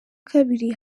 kabiri